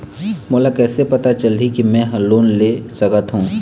मोला कइसे पता चलही कि मैं ह लोन ले सकथों?